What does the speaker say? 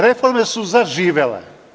Reforme su zaživele.